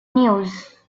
news